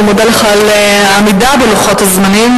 אני מודה לך על העמידה בלוחות הזמנים.